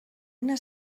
una